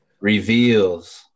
reveals